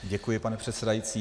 Děkuji, pane předsedající.